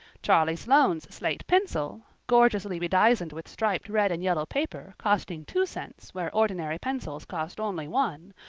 charlie sloane's slate pencil, gorgeously bedizened with striped red and yellow paper, costing two cents where ordinary pencils cost only one,